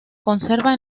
conserva